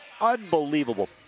unbelievable